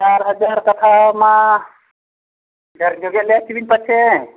ᱪᱟᱨ ᱦᱟᱡᱟᱨ ᱠᱟᱛᱷᱟ ᱢᱟ ᱰᱷᱮᱹᱨ ᱧᱚᱜ ᱜᱮᱞᱮ ᱟᱹᱠᱷᱨᱤᱧ ᱯᱟᱪᱮᱫ